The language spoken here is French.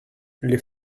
les